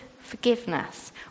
forgiveness